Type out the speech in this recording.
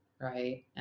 right